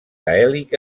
gaèlic